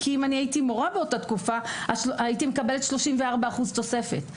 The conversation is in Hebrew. כי אם הייתי מורה באותה תקופה הייתי מקבלת 34% תוספת.